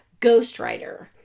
ghostwriter